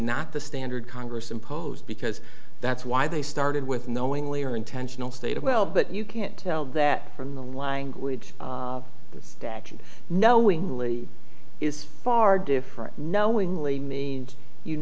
not the standard congress imposed because that's why they started with knowingly or intentional stated well but you can't tell that from the language the statute knowingly is far different knowingly means you